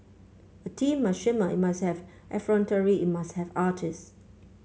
a team must shimmer it must have effrontery it must have artist